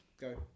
Go